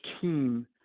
team